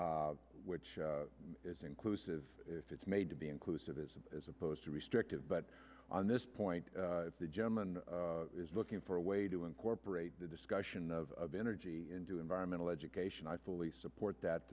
which is inclusive if it's made to be inclusive is as opposed to restrictive but on this point the gentleman is looking for a way to incorporate the discussion of energy into environmental education i fully support